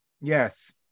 yes